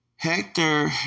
Hector